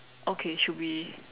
okay should be